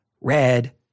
red